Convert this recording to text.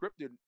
scripted